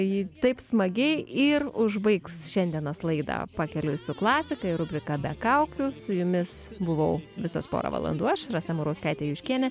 ji taip smagiai ir užbaigs šiandienos laidą pakeliui su klasika ir rubriką be kaukių su jumis buvau visas porą valandų aš rasa murauskaitė juškienė